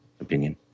opinion